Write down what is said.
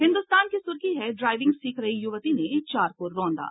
हिन्दुस्तान की सुर्खी है ड्राइविंग सीख रही युवती ने चार को रौंदा